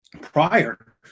prior